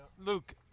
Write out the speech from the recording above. Luke